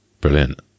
Brilliant